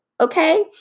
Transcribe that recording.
Okay